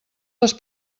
les